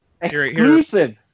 Exclusive